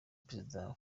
perezida